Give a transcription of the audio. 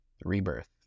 Rebirth